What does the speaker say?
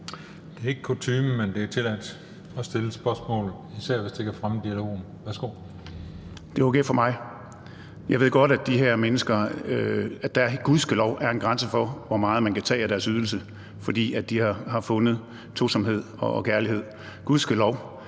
Det er ikke kutyme, men det er tilladt at stille spørgsmål, især hvis det kan fremme dialogen. Værsgo. Kl. 17:08 Torsten Gejl (ALT): Det er okay for mig. Jeg ved godt, at der gudskelov er en grænse for, hvor meget man kan tage af de her menneskers ydelser, fordi de har fundet tosomhed og kærlighed – gudskelov.